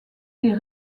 des